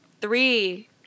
three